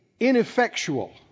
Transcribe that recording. ineffectual